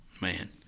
man